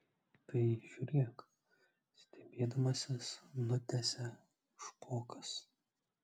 tai žiūrėk stebėdamasis nutęsia špokas